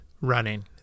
running